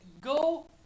Go